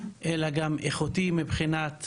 אלא איכותי מבחינת